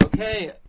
Okay